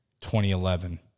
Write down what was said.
2011